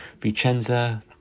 Vicenza